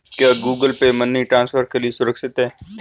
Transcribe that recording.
क्या Google Pay money transfer के लिए सुरक्षित है?